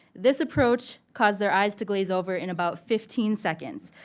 this approach caused their eyes to glaze over in about fifteen seconds.